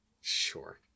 sure